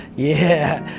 yeah!